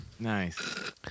nice